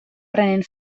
prenent